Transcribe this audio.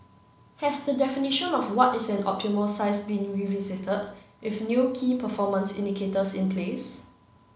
has the definition of what is an optimal size been revisited with new key performance indicators in place